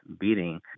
beating